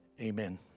Amen